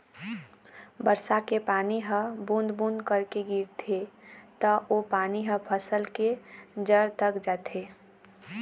बरसा के पानी ह बूंद बूंद करके गिरथे त ओ पानी ह फसल के जर तक जाथे